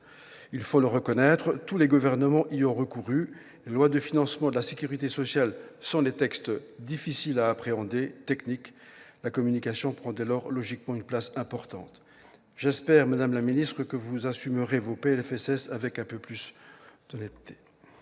il faut le reconnaître, tous les gouvernements y ont recouru. Les lois de financement de la sécurité sociale sont des textes difficiles à appréhender, techniques, où la communication prend logiquement une place importante. J'espère, madame la ministre, que vous assumerez vos projets de loi de